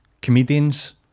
comedians